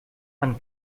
man